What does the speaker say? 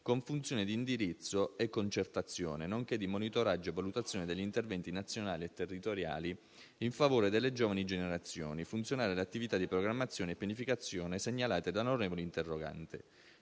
con funzione di indirizzo e concertazione nonché di monitoraggio e valutazione degli interventi nazionali e territoriali in favore delle giovani generazioni, funzionale alle attività di programmazione e pianificazione segnalate dall'onorevole interrogante.